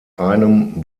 einem